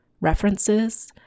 references